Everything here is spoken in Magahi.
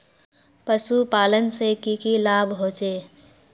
पशुपालन से की की लाभ होचे?